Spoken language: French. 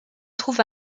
trouve